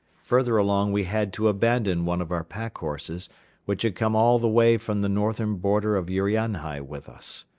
further along we had to abandon one of our pack horses which had come all the way from the northern border of urianhai with us.